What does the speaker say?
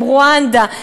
עם רואנדה,